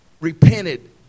repented